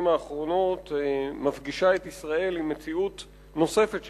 האחרונות מפגישה את ישראל עם מציאות של